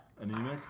Anemic